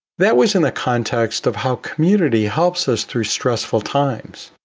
that was in the context of how community helps us through stressful times.